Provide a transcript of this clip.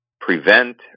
prevent